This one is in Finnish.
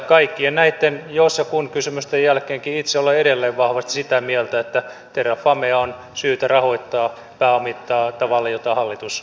kaikkien näitten jos ja kun kysymysten jälkeenkin itse olen edelleen vahvasti sitä mieltä että terrafamea on syytä rahoittaa pääomittaa tavalla jota hallitus esittää